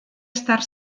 estar